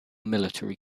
military